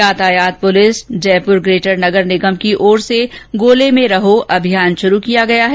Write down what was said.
यातायात police Jaipur greater नगर निगम की ओर से गोले में रहो अभियान शुरू किया गया है